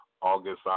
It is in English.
August